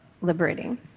liberating